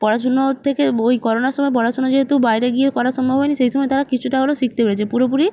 পড়াশুনোর থেকে বই করোনার সময় পড়াশোনা যেহেতু বাইরে গিয়ে করা সম্ভব হয়নি সেই সময় তারা কিছুটা হলেও শিখতে পেরেছে পুরোপুরি